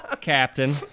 Captain